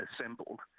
assembled